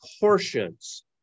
portions